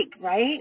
right